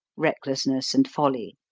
recklessness, and folly.